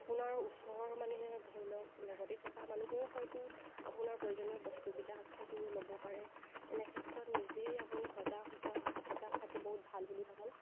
আপোনাৰ ওচৰৰ মানুহে ধৰি লওক লগতে থকা মানুহেও হয়তো আপোনাৰ প্ৰয়োজনীয় বস্তুবিলাক হয়তো ল'ব পাৰে এনেক্ষেত্ৰত নিজেই আপুনি সজা সজা সজাগ হোৱাটো বহুত ভাল বুলি ভাবোঁ